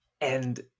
And-